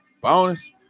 Bonus